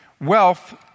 wealth